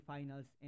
Finals